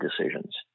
decisions